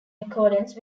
accordance